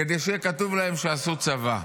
כדי שיהיה כתוב להם שעשו צבא,